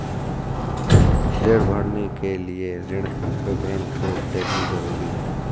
ऋण भरने के लिए ऋण विवरण को देखना ज़रूरी है